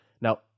Now